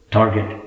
Target